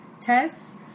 tests